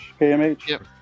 KmH